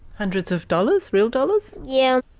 hundreds of dollars, real dollars? yeah.